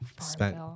spent